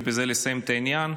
ובזה לסיים את העניין,